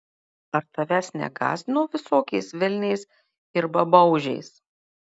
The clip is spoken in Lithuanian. ar tavęs negąsdino visokiais velniais ir babaužiais